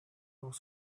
was